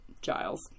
Giles